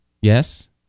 yes